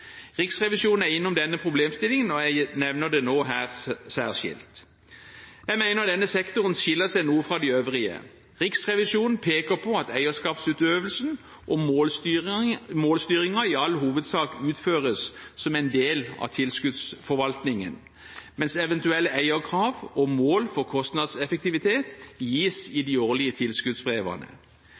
Riksrevisjonen er innom denne problemstillingen, og jeg nevner det nå her særskilt. Jeg mener denne sektoren skiller seg noe fra de øvrige. Riksrevisjonen peker på at eierskapsutøvelsen og målstyringen i all hovedsak utføres som en del av tilskuddsforvaltningen, mens eventuelle eierkrav og mål for kostnadseffektivitet gis i de årlige